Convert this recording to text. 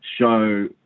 show